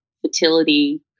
fertility